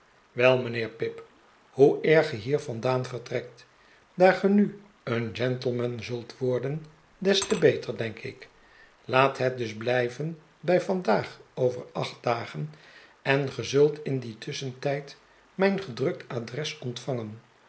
wel mijnheer pip hoe eer ge hier vandaan vertrekt daar ge nu een gentleman zult worden des te beter denk ik laat het dus blijven bij vandaag over acht dagen en ge zult in dien tusschentijd mijn gedrukt adres ontvangen